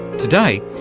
today,